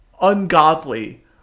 ungodly